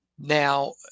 now